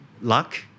Luck